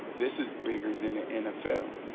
this is bigger than the nfl.